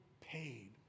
paid